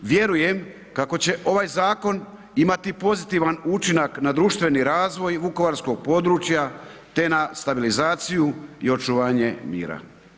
Vjerujem kako će ovaj zakon imati pozitivan učinak na društveni razvoj vukovarskog područja te na stabilizaciju i očuvanje mira.